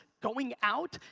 going out,